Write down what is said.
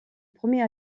premier